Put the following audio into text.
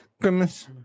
Christmas